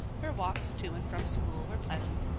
her walks to and from school were pleasant.